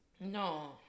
no